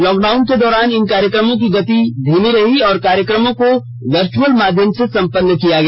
lockdown के दौरान इन कार्यक्रमों की गति धीमी रही और कार्यक्रमों को वर्चुअल माध्यम से सम्पन्न किया गया